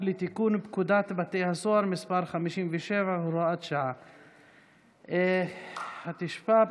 ועדת הכנסת היא הוועדה המוסמכת לקבוע לאיזו ועדה היא תגיע.